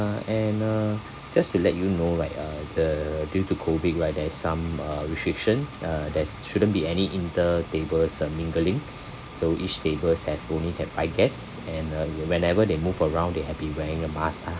uh and uh just to let you know right uh the due to COVID right there's some uh restriction uh there's shouldn't be any inter tables uh mingling so each tables have only have five guests and uh whe~ whenever they move around they have be wearing a mask lah